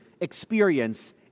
experience